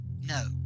No